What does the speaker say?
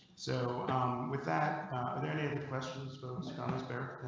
so with that there any other questions. but kind of there.